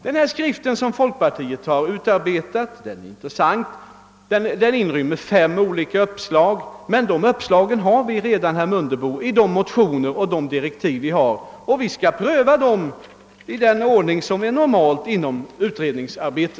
Den här skriften som folkpartiet utarbetat är intressant och innehåller fem olika uppslag men dessa finns redan, herr Mundebo, i de motioner och direktiv som föreligger. Vi skall pröva dem i den ordning som är normal vid utredningsarbete.